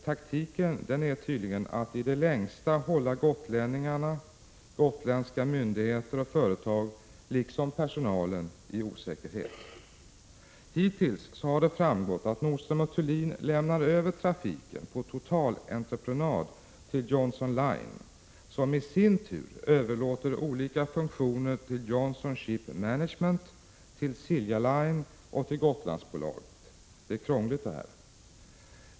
Taktiken är tydligen att i det längsta hålla gotlänningarna, de gotländska myndigheterna och företagen liksom personalen i osäkerhet. Hittills har det framgått att Nordström & Thulin ämnar lämna över trafiken på totalentreprenad till Johnson Line, som i sin tur skall överlåta olika funktioner till Johnson Ship Management, Silja Line och Gotlandsbolaget. Det här är krångligt.